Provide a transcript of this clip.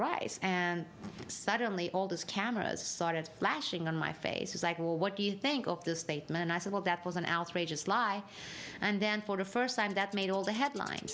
rice and suddenly all those cameras sort of flashing on my face is like well what do you think of this statement i said well that was an outrageous lie and then for the first time that made all the headlines